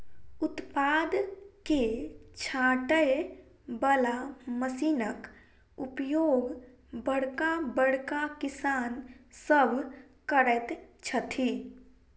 उत्पाद के छाँटय बला मशीनक उपयोग बड़का बड़का किसान सभ करैत छथि